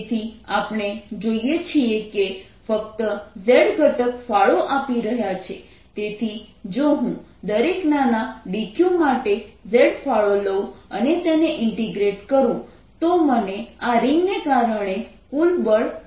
તેથી આપણે જોઈએ છીએ કે ફક્ત z ઘટક ફાળો આપી રહ્યાં છે તેથી જો હું દરેક નાના dq માટે z ફાળો લઉં અને તેને ઇન્ટીગ્રેટ કરું તો મને આ રીંગને કારણે કુલ બળ મળે છે